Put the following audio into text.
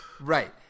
Right